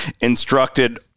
instructed